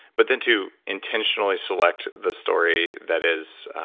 but then to intentionally select the story that is